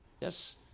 Yes